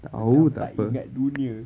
macam tak ingat dunia